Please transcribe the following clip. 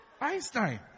Einstein